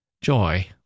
joy